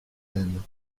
même